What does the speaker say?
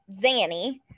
Zanny